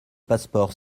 passeport